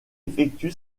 effectue